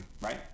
right